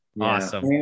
Awesome